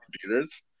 computers